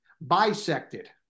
bisected